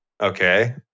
Okay